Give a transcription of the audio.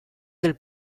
del